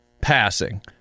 passing